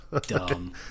dumb